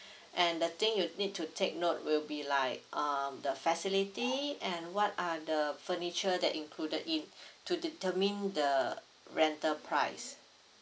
and the thing you need to take note will be like uh the facility and what are the furniture that included in to determine the rental price